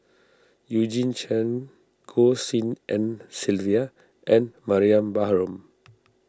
Eugene Chen Goh Tshin En Sylvia and Mariam Baharom